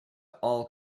all